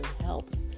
helps